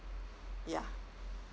ya